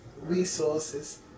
resources